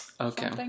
Okay